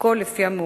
הכול לפי המאוחר.